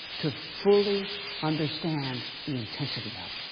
to fully understand the intensity of,